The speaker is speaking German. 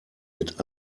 mit